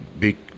big